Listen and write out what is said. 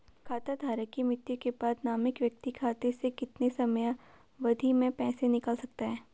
खाता धारक की मृत्यु के बाद नामित व्यक्ति खाते से कितने समयावधि में पैसे निकाल सकता है?